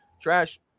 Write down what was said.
trash